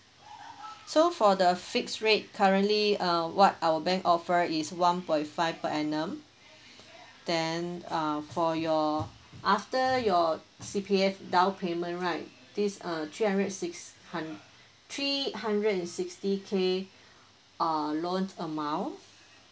so for the fixed rate currently uh what our bank offer is one point five per annum then uh for your after your C_P_F down payment right this uh three hundred six hun three hundred and sixty K err loan amount